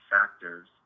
factors